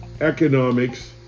economics